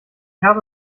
habe